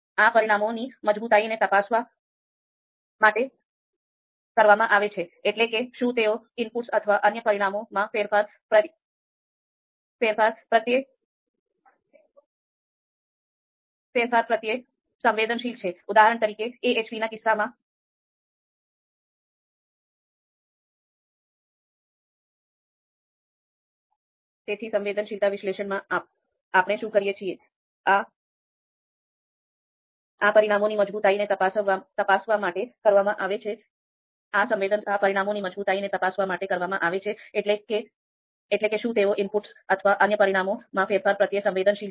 આ પરિણામોની મજબૂતાઈને તપાસવા માટે કરવામાં આવે છે એટલે કે શું તેઓ ઇનપુટ્સ અથવા અન્ય પરિમાણોમાં ફેરફાર પ્રત્યે સંવેદનશીલ છે